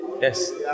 Yes